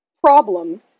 problem